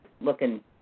looking